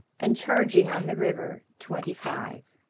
and charging on the river twenty-five.